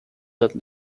that